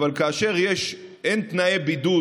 אבל כאשר אין תנאי בידוד,